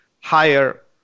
higher